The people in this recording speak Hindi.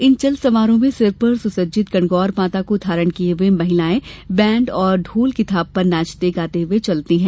इन चल समारोह में सिर पर सुसज्जित गणगौर माता का धारण किये हुए महिलायें बैंड और ढोल की थाप पर नाचते गाते हुए चलती है